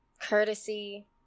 courtesy